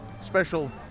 special